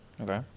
okay